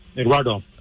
Eduardo